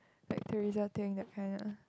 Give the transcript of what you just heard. like Theresa thing that kind ah